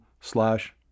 slash